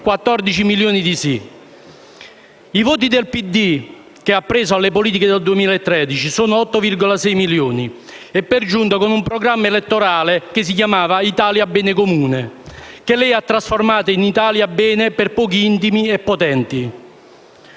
14 milioni di sì): i voti che il Partito Democratico ha preso alle elezioni politiche del 2013 sono 8,6 milioni e per giunta con un programma elettorale che si chiamava «Italia. Bene comune», che lei ha trasformato in «Italia bene per pochi intimi e potenti».